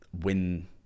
win